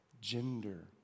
gender